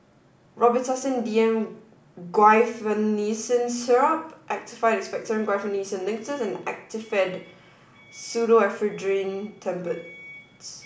Robitussin D M Guaiphenesin Syrup Actified Expectorant Guaiphenesin Linctus and Actifed Pseudoephedrine Tablets